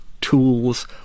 tools